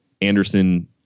Anderson